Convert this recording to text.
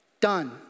done